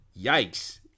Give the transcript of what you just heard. Yikes